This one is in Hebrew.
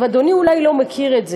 עכשיו, אדוני אולי לא מכיר את זה,